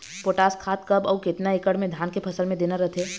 Potash खाद कब अऊ केतना एकड़ मे धान के फसल मे देना रथे?